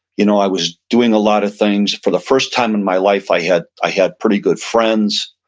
you know i was doing a lot of things. for the first time in my life i had i had pretty good friends.